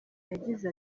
yagize